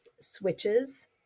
switches